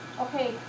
okay